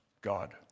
God